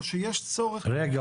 או שיש צורך --- רגע,